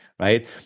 right